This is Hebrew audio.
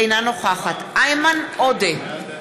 אינה נוכחת איימן עודה,